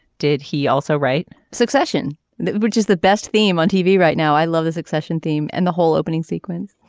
did he also write succession which is the best theme on tv right now. i love the succession theme and the whole opening sequence.